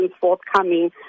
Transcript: forthcoming